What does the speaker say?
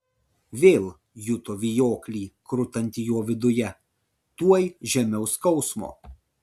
vėl juto vijoklį krutantį jo viduje tuoj žemiau skausmo